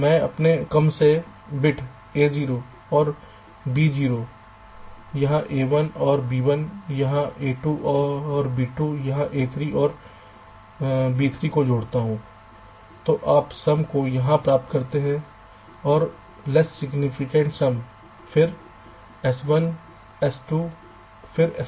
मैं अपने least significant bits A0 और B0 यहाँ A1 और B1 यहाँ A2 और B2 यहाँ A3 और B3 को जोड़ता हूँ तो आप सम को यहां से प्राप्त करते हैं और लैस सिग्निफिकेंट सम फिरS1 S2 फिर S3